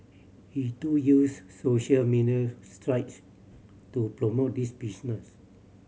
he too used social media straights to promote this business